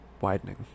widening